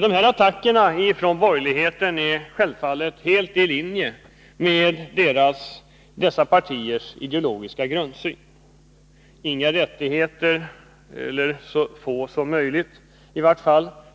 De här attackerna från borgerligheten ligger självfallet helt i linje med dessa partiers ideologiska grundsyn: Inga rättigheter, eller i vart fall så få som möjligt,